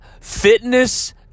fitness